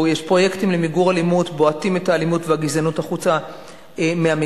יש פרויקט למיגור אלימות "בועטים את האלימות והגזענות החוצה מהמגרשים",